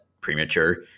premature